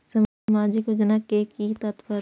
सामाजिक योजना के कि तात्पर्य?